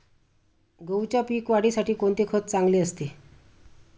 गहूच्या पीक वाढीसाठी कोणते खत चांगले असते?